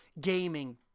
gaming